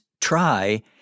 try